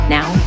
Now